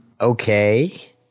Okay